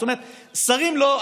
זאת אומרת: שרים לא,